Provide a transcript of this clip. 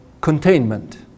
containment